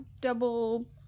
double